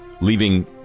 Leaving